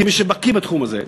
כמי שבקי בתחום הזה: